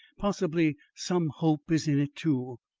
possibly, some hope is in it, too.